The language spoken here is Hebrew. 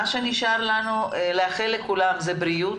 מה שנשאר לנו לאחל לכולם זה בריאות,